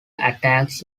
attacks